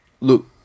look